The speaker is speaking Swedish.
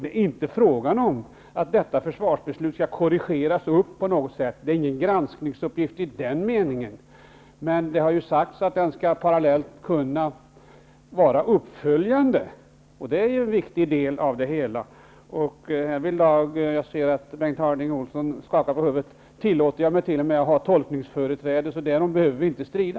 Det är inte fråga om att detta försvarsbeslut på något sätt skall korrigeras. Det är inte fråga om någon granskningsuppgift i den meningen. Men det har sagts att beredningen parallellt skall kunna ha en uppföljande uppgift, och det är viktigt. Jag ser att Bengt Harding Olson skakar på huvudet. Jag tillåter mig härvidlag att ha tolkningsföreträde, så därom behöver vi inte strida.